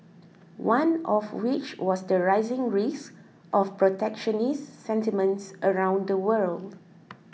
one of which was the rising risk of protectionist sentiments around the world